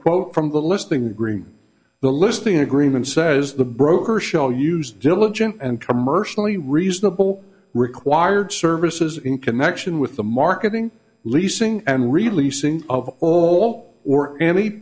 quote from the listing green the listing agreement says the broker shall use diligent and commercially reasonable required services in connection with the marketing leasing and releasing of all or any